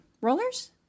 rollers